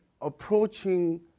approaching